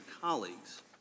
colleagues